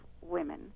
women